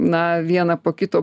na vieną po kito